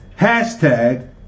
hashtag